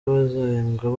bazahembwa